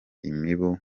imibu